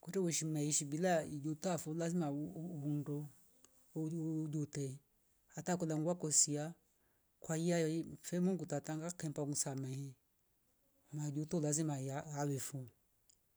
Kute weishi maishi bila ijuta fo lazima uu- uu- uvundo ujuu- ujute hata kola ngua kosia kwaia yoi mfe mungu tatanga kaempa msamehe majuto lazima yaa alefu